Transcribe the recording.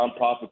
nonprofit